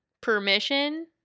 permission